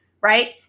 right